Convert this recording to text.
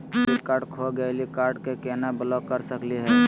Credit card खो गैली, card क केना ब्लॉक कर सकली हे?